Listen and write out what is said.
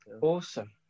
Awesome